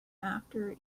after